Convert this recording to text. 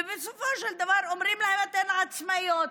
ובסופו של דבר אומרים להן: אתן עצמאיות.